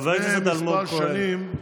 חבר הכנסת אלמוג כהן.